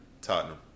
Tottenham